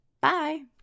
Bye